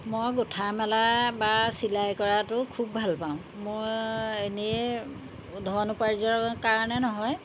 মই গুঠামেলা বা চিলাই কৰাটো খুব ভাল পাওঁ মোৰ এনে ধন উপাৰ্জন কাৰণে নহয়